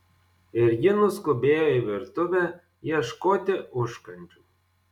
ir ji nuskubėjo į virtuvę ieškoti užkandžių